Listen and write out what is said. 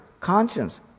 conscience